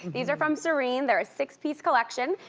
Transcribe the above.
these are from serene, they're a six-piece collection.